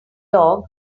dog